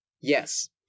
Yes